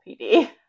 PD